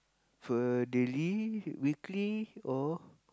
for a daily weekly or